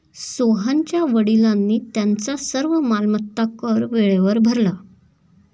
सोहनच्या वडिलांनी त्यांचा सर्व मालमत्ता कर वेळेवर भरला